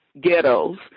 ghettos